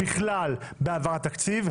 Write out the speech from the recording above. בכלל בהעברת תקציב.